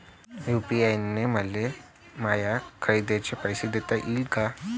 UPI न मले माया खरेदीचे पैसे देता येईन का?